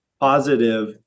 positive